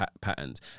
patterns